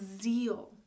zeal